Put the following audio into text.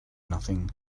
nothing